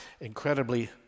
incredibly